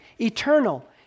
eternal